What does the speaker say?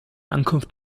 ankunft